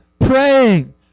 praying